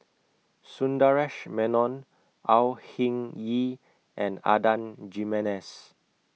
Sundaresh Menon Au Hing Yee and Adan Jimenez